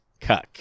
cuck